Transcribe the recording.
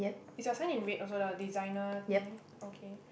is your sign in red also the designer thingy okay